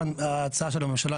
בהצעה של הממשלה,